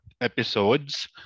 episodes